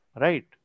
right